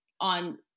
on